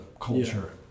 culture